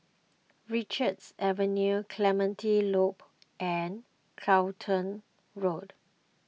Richards Avenue Clementi Loop and Clacton Road